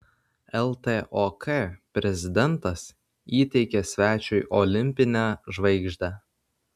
ltok prezidentas įteikė svečiui olimpinę žvaigždę